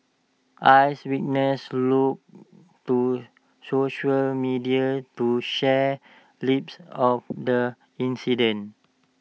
eyewitnesses look to social media to share clips of the incident